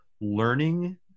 learning